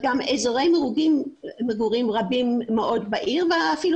וגם אזורי מגורים רבים מאוד בעיר ואפילו